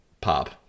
pop